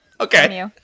Okay